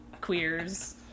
queers